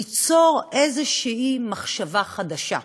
ליצור איזושהי מחשבה חדשה,